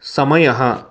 समयः